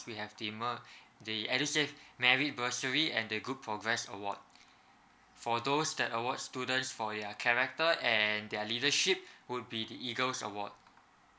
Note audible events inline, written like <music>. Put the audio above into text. we have the mer~ <breath> the edusave <breath> merit bursary and the good progress award for those that award students for their character and their leadership <breath> would be the eagles award